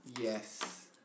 Yes